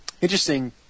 Interesting